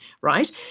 right